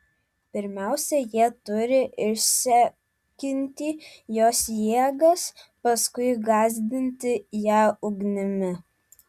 pirmiausia jie turi išsekinti jos jėgas paskui gąsdinti ją ugnimi